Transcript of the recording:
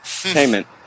payment